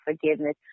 forgiveness